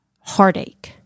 heartache